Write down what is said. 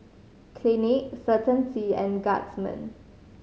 Clinique Certainty and Guardsman